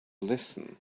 listen